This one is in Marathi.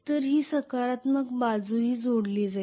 तर ती सकारात्मक बाजूही जोडली जाईल